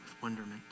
wonderment